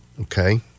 okay